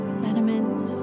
sediment